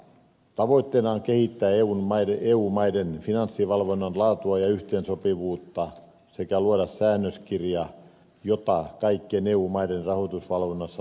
tavoitteena on kehittää eu maiden finanssivalvonnan laatua ja yhteensopivuutta sekä luoda säännöskirja jota kaikkien eu maiden rahoitusvalvonnassa noudatetaan